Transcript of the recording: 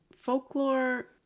folklore